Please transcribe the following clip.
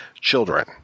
children